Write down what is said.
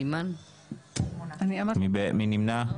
מי נמנע?